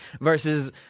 versus